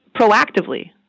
proactively